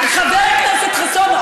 חבר הכנסת חסון,